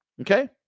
Okay